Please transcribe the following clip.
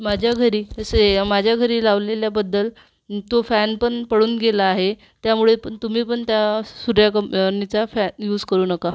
माझ्या घरी असे माझ्या घरी लावलेल्याबद्दल तो फॅनपण पडून गेला आहे त्यामुळे तुम्ही पण त्या सूर्या कंपनी नीचा फॅन यूज करू नका